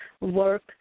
work